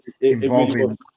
involving